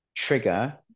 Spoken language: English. trigger